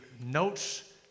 notes